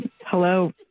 Hello